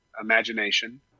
imagination